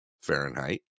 Fahrenheit